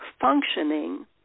functioning